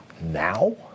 Now